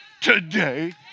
today